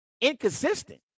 inconsistent